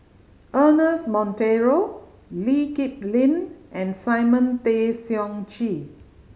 Ernest Monteiro Lee Kip Lin and Simon Tay Seong Chee